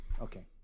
Okay